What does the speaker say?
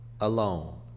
alone